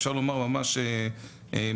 אפשר לומר ממש מקסימלי,